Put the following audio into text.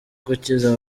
gukiza